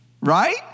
Right